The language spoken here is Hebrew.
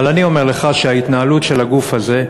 אבל אני אומר לך שההתנהלות של הגוף הזה,